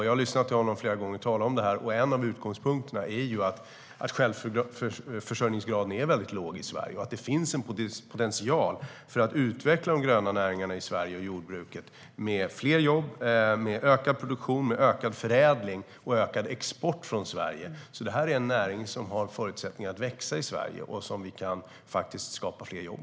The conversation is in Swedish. Jag har hört honom tala om detta flera gånger. En av utgångspunkterna är att självförsörjningsgraden är väldigt låg i Sverige och att det finns potential att utveckla de gröna näringarna och jordbruket i Sverige, med fler jobb och ökad produktion, ökad förädling och ökad export från Sverige. Det är en näring som har förutsättningar att växa i Sverige och där vi kan skapa fler jobb.